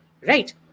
Right